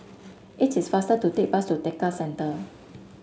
it is faster to take bus to Tekka Centre